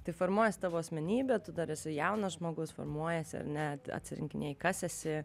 tai formuojasi tavo asmenybė tu dar esi jaunas žmogus formuojasi ar ne at atsirinkinėji kas esi